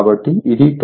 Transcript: కాబట్టి ఇది 20